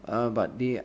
uh but they